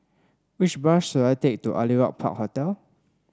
which bus should I take to Aliwal Park Hotel